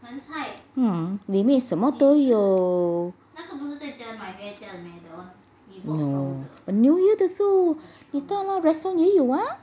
!wah! 里面什么都有 new year 的时候你到 restaurant 也有 ah